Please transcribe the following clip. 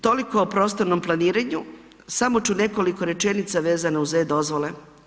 Toliko o prostornom planiranju, samo ću nekoliko rečenica vezano uz e-dozvole.